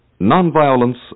Nonviolence